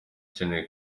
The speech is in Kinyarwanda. ikenewe